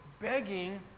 begging